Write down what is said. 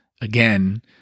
Again